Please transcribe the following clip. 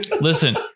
Listen